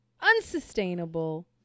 Unsustainable